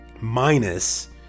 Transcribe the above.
minus